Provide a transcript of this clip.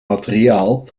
materiaal